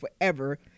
forever